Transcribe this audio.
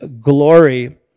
glory